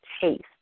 taste